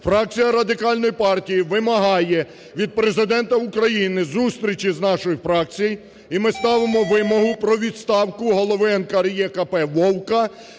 Фракція Радикальної партії вимагає від Президента України зустрічі з нашою фракцією, і ми ставимо вимогу про відставку голови НКРЕКП Вовка